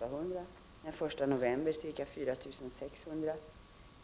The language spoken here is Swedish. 800 och den 1 november ca 4 600.